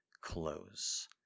close